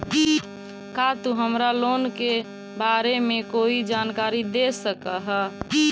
का तु हमरा लोन के बारे में कोई जानकारी दे सकऽ हऽ?